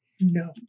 no